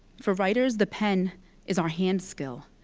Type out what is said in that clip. for writers, the pen is our hand skill.